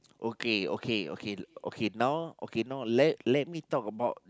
okay okay okay okay now okay now let let me talk about